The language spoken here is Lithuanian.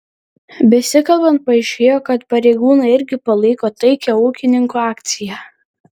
besikalbant paaiškėjo kad pareigūnai irgi palaiko taikią ūkininkų akciją